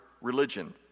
religion